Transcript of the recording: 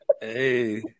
Hey